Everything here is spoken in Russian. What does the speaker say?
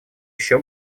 еще